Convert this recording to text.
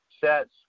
sets